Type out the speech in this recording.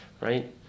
right